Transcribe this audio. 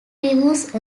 removes